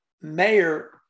mayor